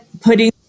putting